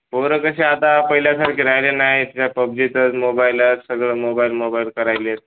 पोरं कसे आता पहिल्यासारखे राहिले नाही त्या पबजीतच मोबाईलाच सगळं मोबाईल मोबाईल करायले